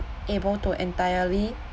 able to entirely